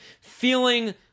feeling